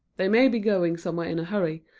they may be going somewhere in a hurry,